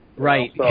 Right